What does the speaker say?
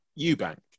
Eubank